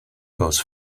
goes